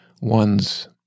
one's